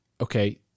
okay